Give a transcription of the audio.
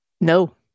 No